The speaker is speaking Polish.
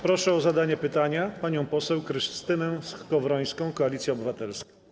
Proszę o zadanie pytania panią poseł Krystynę Skowrońską, Koalicja Obywatelska.